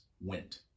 went